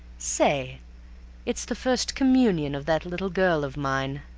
say it's the first communion of that little girl of mine.